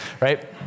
right